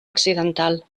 accidental